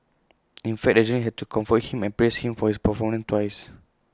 in fact the journalist had to comfort him and praise him for his performance twice